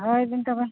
ᱫᱚᱦᱚᱭᱮᱫᱟᱹᱧ ᱛᱚᱵᱮ